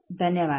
ಧನ್ಯವಾದಗಳು